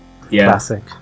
classic